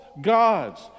gods